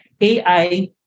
AI